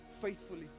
faithfully